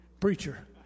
preacher